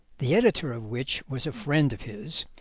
the editor of which was a friend of his,